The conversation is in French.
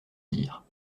dire